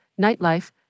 nightlife